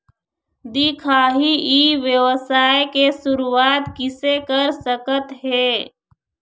दिखाही ई व्यवसाय के शुरुआत किसे कर सकत हे?